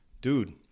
dude